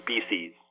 Species